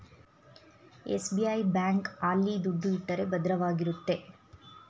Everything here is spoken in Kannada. ಎಸ್.ಬಿ.ಐ ಬ್ಯಾಂಕ್ ಆಲ್ಲಿ ದುಡ್ಡು ಇಟ್ಟರೆ ಭದ್ರವಾಗಿರುತ್ತೆ